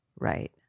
Right